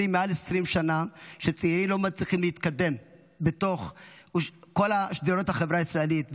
מעל 20 שנה שצעירים לא מצליחים להתקדם בתוך כל שדרות החברה הישראלית,